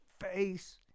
face